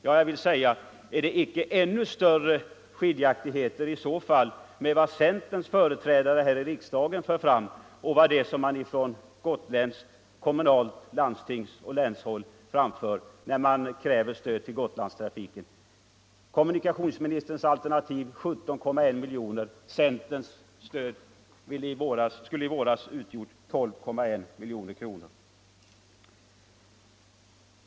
Jag vill då fråga honom, om det inte i så fall är ännu större skiljaktigheter i de uppfattningar som centerns företrädare här i riksdagen för fram och vad som från gotländskt kommunalt, landstingsoch länshåll framförs när man där kräver stöd till Gotlandstrafiken. Kommunikationsministerns alternativ är 17,1 miljoner, medan centerns förslag till stöd i våras var 12 miljoner.